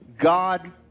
God